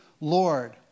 Lord